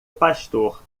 pastor